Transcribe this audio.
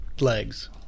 legs